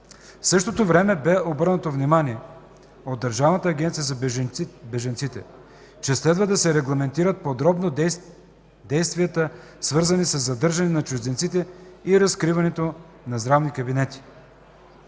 същото време бе обърнато внимание от Държавната агенция за бежанците, че следва да се регламентират подробно действията, свързани със задържане на чужденците и разкриването на здравни кабинети.